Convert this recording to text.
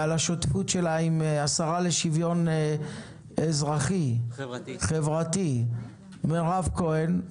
ועל השותפות שלה עם השרה לשוויון חברתי מירב כהן,